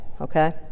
okay